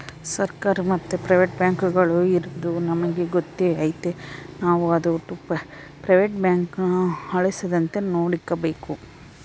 ಸರ್ಕಾರಿ ಮತ್ತೆ ಪ್ರೈವೇಟ್ ಬ್ಯಾಂಕುಗುಳು ಇರದು ನಮಿಗೆ ಗೊತ್ತೇ ಐತೆ ನಾವು ಅದೋಟು ಪ್ರೈವೇಟ್ ಬ್ಯಾಂಕುನ ಅಳಿಸದಂತೆ ನೋಡಿಕಾಬೇಕು